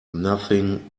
nothing